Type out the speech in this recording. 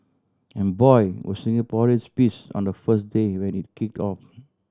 and boy were Singaporeans piss on the first day when it kicked off